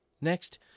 Next